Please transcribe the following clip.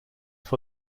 for